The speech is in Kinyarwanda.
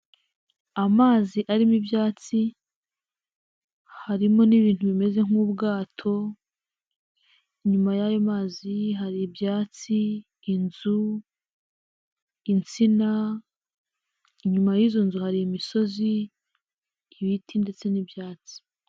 Amazi arimo ibyatsi ,harimo n'ibintu bimeze nk'ubwato, inyuma y'ayo mazi hari ibyatsi, inzu, insina' inyuma y'izo nzu hari imisozi ,ibiti ,ndetse n'ibyatsi.